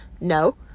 no